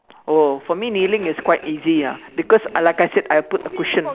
oh for me kneeling is quite easy ah because I like I said I put a cushion